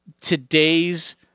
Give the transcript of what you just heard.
today's